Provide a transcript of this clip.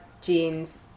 jeans